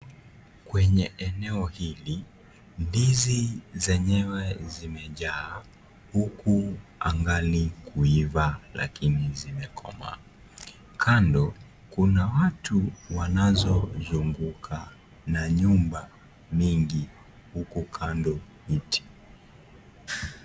Kwenye eneo hili, ndizi zenyewe zimejaa huku angali kuiva lakini zimekomaa. Kando kuna watu wanaozunguka na nyumba mingi huko kando miti.